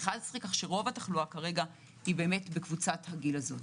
11 כך שרוב התחלואה כרגע זה בקבוצת הגיל הזו.